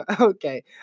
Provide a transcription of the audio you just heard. okay